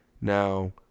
Now